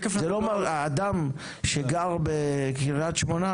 האדם שגר בקריית שמונה,